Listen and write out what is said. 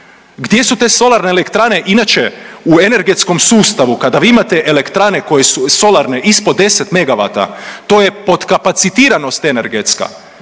Gdje su te solarne elektrane? Inače u energetskom sustavu kada vi imate elektrane koje su solarne ispod 10 MW, to je potkapacitiranost energetska